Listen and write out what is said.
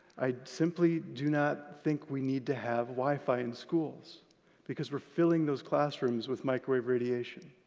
i simply do not think we need to have wi-fi in schools because we're filling those classroom with microwave radiation.